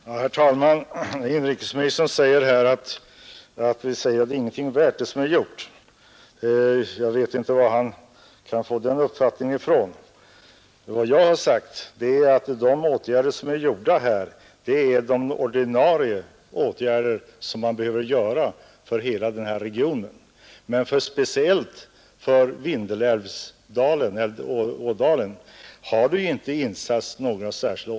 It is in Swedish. Nr 125 Herr talman! Inrikesministern hävdar att vi säger att det som gjorts Torsdagen den inte är någonting värt. Jag vet inte hur han kunnat få den uppfattningen. 11] november 1971 Vad jag har sagt är att de åtgärder som vidtagits är de ordinära åtgärder ——— som behöver vidtagas för hela den här regionen. Ang. sysselsättning Men speciellt för Vindelådalen har det ju inte insatts några åtgärder.